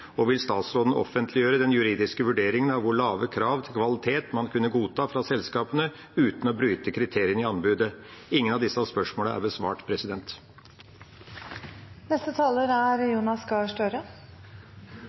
skjedd? Vil statsråden offentliggjøre den juridiske vurderingen av hvor lave krav til kvalitet man kunne godta fra selskapene uten å bryte kriteriene i anbudet? Ingen av disse spørsmålene er besvart.